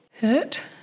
hurt